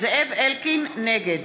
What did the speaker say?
נגד